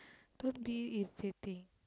Don't be irritating